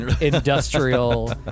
industrial